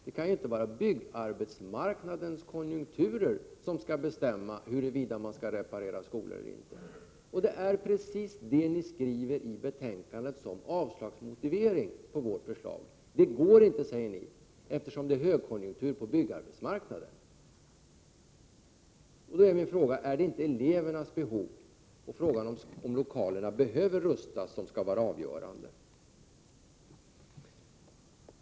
Det kan inte vara byggarbetsmarknadens konjunkturer som skall bestämma huruvida man skall repararera skolor eller inte, men det är precis det ni skriver som motivering för avslag på vårt förslag. Det går inte att genomföra, säger ni, eftersom det är högkonjunktur på byggarbetsmarknaden. Då är min fråga: Är det inte elevernas behov och frågan om lokalerna behöver rustas som skall vara avgörande?